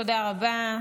תודה רבה.